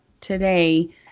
today